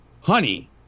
honey